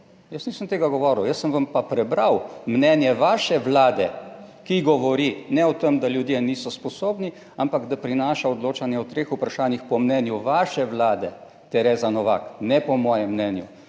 jaz nisem tega govoril. Jaz sem vam pa prebral mnenje vaše Vlade, ki govori ne o tem, da ljudje niso sposobni, ampak da prinaša odločanje o treh vprašanjih, po mnenju vaše vlade, Tereza Novak, ne, po mojem mnenju.